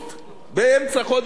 באמצע חודש אוגוסט,